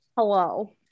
Hello